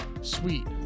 sweet